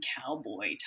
cowboy